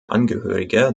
angehörige